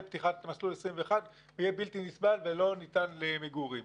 פתיחת מסלול 21 יהיה בלתי נסבל ולא ניתן למגורים.